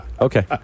Okay